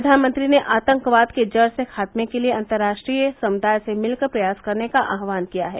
प्रधानमंत्री ने आतंकवाद के जड़ से खात्मे के लिए अंतर्राष्ट्रीय समुदाय से मिलकर प्रयास करने का आहवान किया है